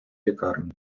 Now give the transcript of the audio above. лікарні